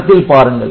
படத்தில் பாருங்கள்